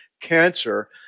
cancer